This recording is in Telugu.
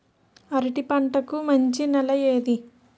అరటి పంట కి మంచి నెల ఏది?